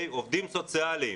עובדים סוציאליים?